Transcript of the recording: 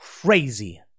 crazy